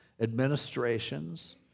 administrations